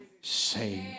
saved